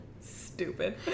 Stupid